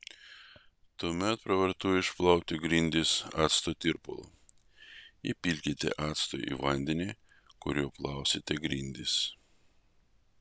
tuomet pravartu išplauti grindis acto tirpalu įpilkite acto į vandenį kuriuo plausite grindis